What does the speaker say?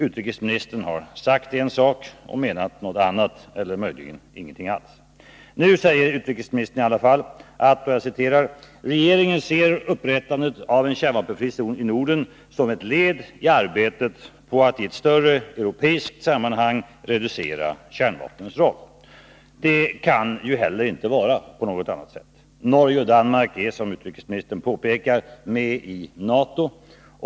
Utrikesministern har sagt en sak och menat något annat — eller möjligen ingenting alls. Nu säger utrikesministern i alla fall att ”regeringen ser upprättandet av en kärnvapenfri zon i Norden som ett led i arbetet på att i ett större europeiskt sammanhang reducera kärnvapnens roll”. Det kan inte heller vara på något annat sätt. Norge och Danmark är, som utrikesministern påpekar, med i NATO.